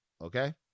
okay